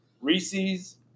Reese's